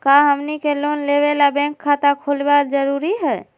का हमनी के लोन लेबे ला बैंक खाता खोलबे जरुरी हई?